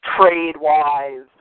trade-wise